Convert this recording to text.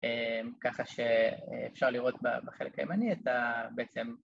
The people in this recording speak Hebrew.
ככה שאפשר לראות בחלק הימני את הבצעם